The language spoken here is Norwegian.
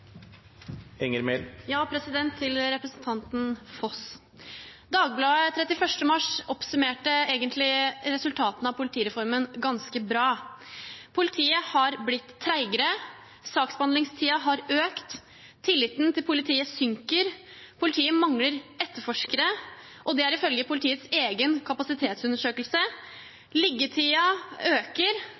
Til representanten Ingunn Foss: Den 31. mars oppsummerte Dagbladet resultatene av politireformen ganske bra: politiet har blitt tregere saksbehandlingstiden har økt tilliten til politiet synker politiet mangler etterforskere – og det er ifølge politiets egen kapasitetsundersøkelse liggetiden øker